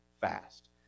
fast